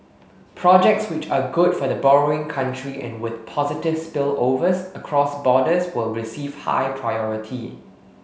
projects which are good for the borrowing country and with positive spillovers across borders will receive high priority